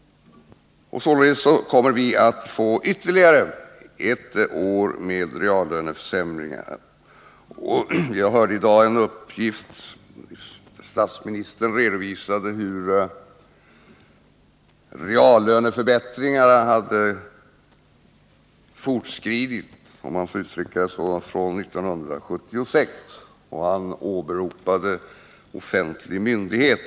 Det kommer med andra ord att bli ytterligare ett år med reallöneförsämringar. Jag hörde i dag statsministern redovisa hur reallöneförbättringarna hade fortskridit — om man får uttrycka det så — från 1976, och han åberopade offentlig myndighet.